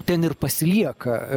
ten ir pasilieka